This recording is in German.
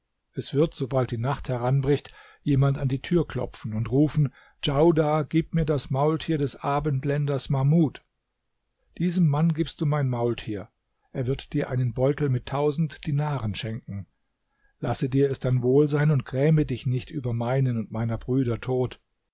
es wird sobald die nacht heranbricht jemand an die tür klopfen und rufen djaudar gib mir das maultier des abendländers mahmud diesem mann gibst du mein maultier er wird dir einen beutel mit tausend dinaren schenken lasse dir es dann wohl sein und gräme dich nicht über meinen und meiner brüder tod